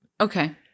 Okay